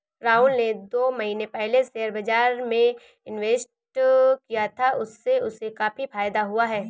राहुल ने दो महीने पहले शेयर बाजार में इन्वेस्ट किया था, उससे उसे काफी फायदा हुआ है